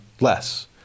less